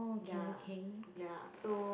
ya ya so